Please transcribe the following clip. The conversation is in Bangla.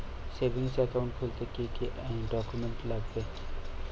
সেভিংস একাউন্ট খুলতে কি কি ডকুমেন্টস লাগবে?